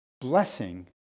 Blessing